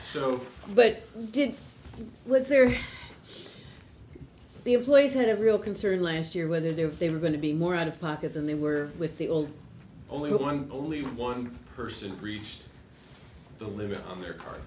did was there the employees had a real concern last year whether they were they were going to be more out of pocket than they were with the old only one believe one person reached the limit on their car